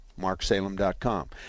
MarkSalem.com